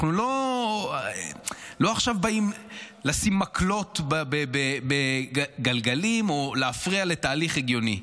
אנחנו לא באים עכשיו לשים מקלות בגלגלים או להפריע לתהליך הגיוני.